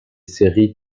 séries